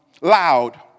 loud